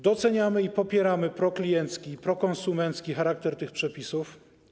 Doceniamy i popieramy prokliencki i prokonsumencki charakter tych przepisów.